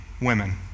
women